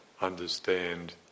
understand